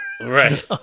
Right